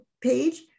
page